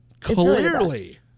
clearly